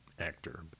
actor